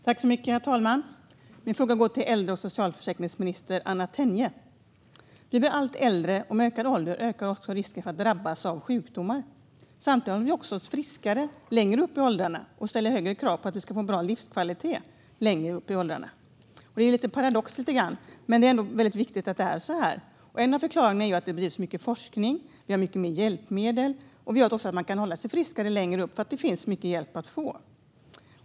Herr talman! Min fråga går till äldre och socialförsäkringsminister Anna Tenje. Vi blir allt äldre, och med ökad ålder ökar också risken för att drabbas av sjukdomar. Samtidigt håller vi oss friskare längre upp i åldrarna och ställer högre krav på att vi ska få en bra livskvalitet längre upp i åldrarna. Detta är lite av en paradox, men det är ändå väldigt viktigt att det är så här. En av förklaringarna är att det bedrivs mycket forskning. Vi har också mycket mer hjälpmedel. Vi vet att man kan hålla sig friskare längre upp i åldrarna för att det finns mycket hjälp att få.